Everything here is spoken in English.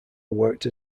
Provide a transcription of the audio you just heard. worked